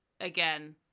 again